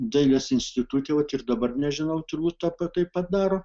dailės institute vat ir dabar nežinau turbūt tai taip pat daro